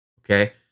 Okay